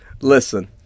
listen